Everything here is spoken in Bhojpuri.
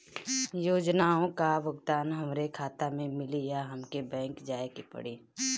योजनाओ का भुगतान हमरे खाता में मिली या हमके बैंक जाये के पड़ी?